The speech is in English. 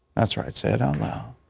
that's right, say it um loud.